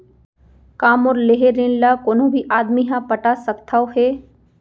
का मोर लेहे ऋण ला कोनो भी आदमी ह पटा सकथव हे?